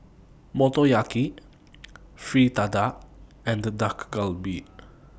Motoyaki Fritada and The Dak Galbi